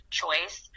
choice